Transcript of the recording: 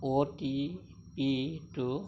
অ' T পিটো